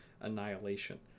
annihilation